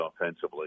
offensively